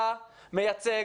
אתה מייצג